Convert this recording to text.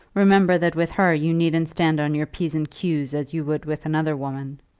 remember that with her you needn't stand on your p's and q's, as you would with another woman.